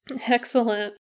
excellent